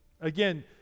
Again